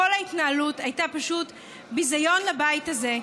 כל ההתנהלות הייתה פשוט ביזיון לבית הזה.